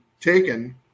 taken